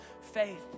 faith